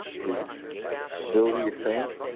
his ability to think,